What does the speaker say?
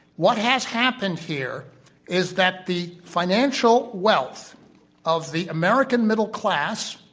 what has happened here is that the financial wealth of the american middle class